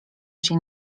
się